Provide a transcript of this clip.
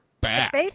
back